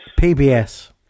PBS